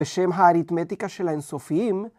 ‫בשם האריתמטיקה של האינסופיים.